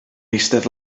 eistedd